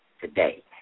today